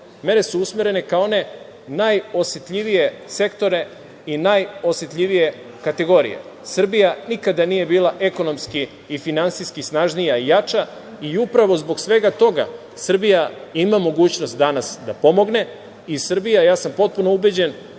mere su usmerene kao one najosetljivije sektore i najosetljivije kategorije. Srbija nikada nije bila ekonomski i finansijski snažnija i jača, i upravo zbog svega toga Srbija ima mogućnost danas da pomogne i Srbija, ja sam potpuno ubeđen,